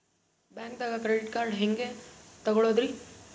ಬ್ಯಾಂಕ್ದಾಗ credit card ಹೆಂಗ್ ತಗೊಳದ್ರಿ?